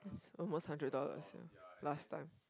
almost hundred dollars last time